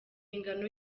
ingano